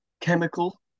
chemical